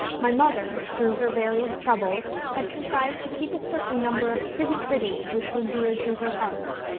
my mother, through her various troubles, had contrived to keep a certain number of pretty-pretties which were dear to her heart.